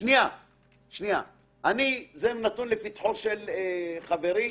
זה נתון לפתחו של חברי.